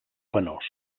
penós